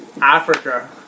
Africa